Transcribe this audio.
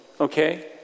okay